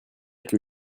que